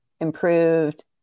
improved